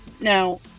Now